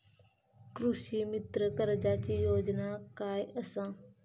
कृषीमित्र कर्जाची योजना काय असा?